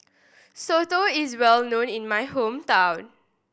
Soto is well known in my hometown